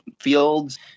fields